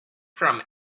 from